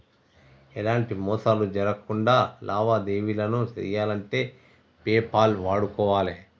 ఎలాంటి మోసాలు జరక్కుండా లావాదేవీలను చెయ్యాలంటే పేపాల్ వాడుకోవాలే